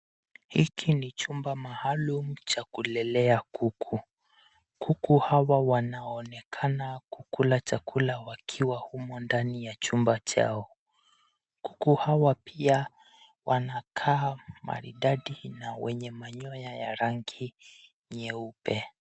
Hiki ni jumba maalum cha kulelea kuku. Kuku hawa wanaonekana kukula chakula wakiwa humu ndani ya jumba chao. Kuku hawa pia wanakaa maridadi na wenye manyoa ya rangi nyeupe.